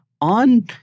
on